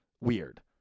weird